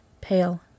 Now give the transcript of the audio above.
pale